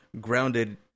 grounded